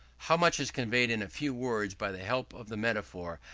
how much is conveyed in a few words by the help of the metaphor,